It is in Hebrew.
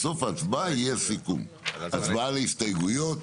על ההסתייגויות.